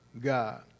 God